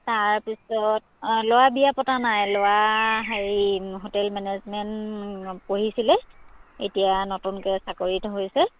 তাৰপিছত অঁ ল'ৰা বিয়া পতা নাই ল'ৰা হেৰি হোটেল মেনেজমেণ্ট পঢ়িছিলে এতিয়া নতুনকৈ চাকৰিত ধৰিছে